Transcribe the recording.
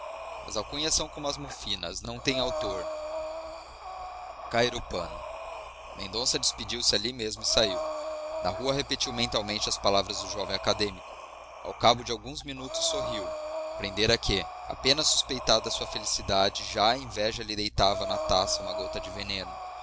as alcunhas são como as mofinas não têm autor caíra o pano mendonça despediu-se ali mesmo e saiu na rua repetiu mentalmente as palavras do jovem acadêmico ao cabo de alguns minutos sorriu compreendera que apenas suspeitada a sua felicidade já a inveja lhe deitava na taça uma gota de veneno